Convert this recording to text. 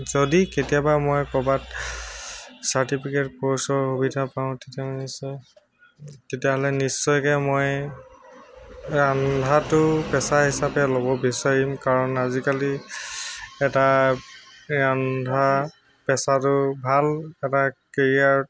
যদি কেতিয়াবা মই ক'ৰবাত চাৰ্টিফিকেট কৰ্চৰ সুবিধা পাওঁ তেতিয়া নিশ্চয় তেতিয়াহ'লে নিশ্চয়কে মই ৰন্ধাটো পেচা হিচাপে ল'ব বিচাৰিম কাৰণ আজিকালি এটা ৰন্ধা পেচাটো ভাল এটা কেৰিয়াৰ